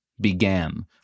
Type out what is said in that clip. began